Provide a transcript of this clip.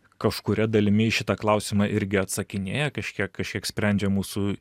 kažkuria dalimi į šitą klausimą irgi atsakinėja kažkiek kažkiek sprendžia mūsų